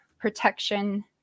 protection